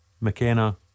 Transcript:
McKenna